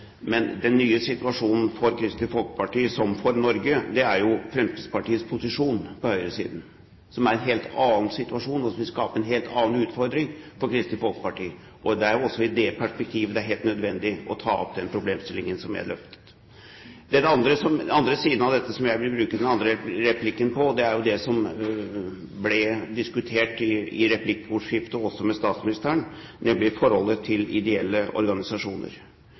Men den nye situasjonen for Kristelig Folkeparti, som for Norge, er Fremskrittspartiets posisjon på høyresiden, som er en helt annen situasjon, og som vil skape en helt annen utfordring for Kristelig Folkeparti. Det er også i det perspektivet det er helt nødvendig å ta opp den problemstillingen som jeg løftet. Den andre siden av dette som jeg vil bruke denne andre replikken på, er det som ble diskutert i replikkordskiftet også med statsministeren, nemlig forholdet til ideelle organisasjoner.